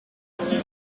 with